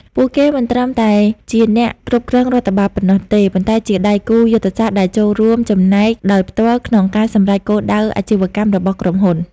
ពួកគេមិនត្រឹមតែជាអ្នកគ្រប់គ្រងរដ្ឋបាលប៉ុណ្ណោះទេ ប៉ុន្តែជាដៃគូយុទ្ធសាស្ត្រដែលចូលរួមចំណែកដោយផ្ទាល់ក្នុងការសម្រេចគោលដៅអាជីវកម្មរបស់ក្រុមហ៊ុន។